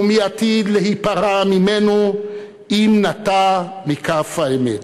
ומי עתיד להיפרע ממנו אם נטה מקו האמת".